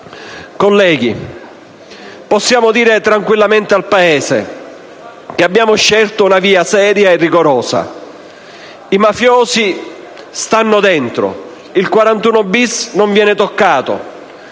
Colleghi, possiamo dire tranquillamente al Paese che abbiamo scelto una via seria e rigorosa: i mafiosi stanno dentro, l'articolo